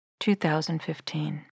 2015